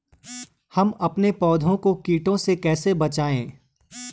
हम अपने पौधों को कीटों से कैसे बचाएं?